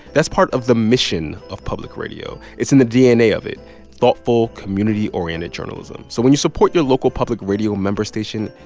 that's part of the mission of public radio. it's in the dna of it thoughtful, community-oriented journalism. so when you support your local public radio member station,